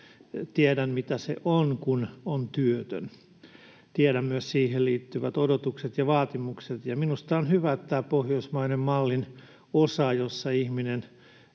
Tiedän, mitä se on, kun on työtön. Tiedän myös siihen liittyvät odotukset ja vaatimukset. Minusta on hyvä tämä pohjoismaisen mallin osa, jossa ihminen